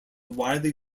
widely